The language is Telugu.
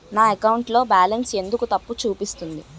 నా అకౌంట్ లో బాలన్స్ ఎందుకు తప్పు చూపిస్తుంది?